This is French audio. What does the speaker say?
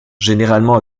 généralement